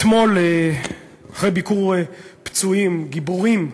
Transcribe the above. אתמול, אחרי ביקור פצועים, גיבורים,